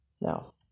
no